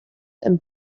and